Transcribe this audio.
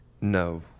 No